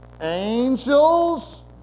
angels